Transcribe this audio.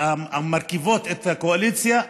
המרכיבות את הקואליציה,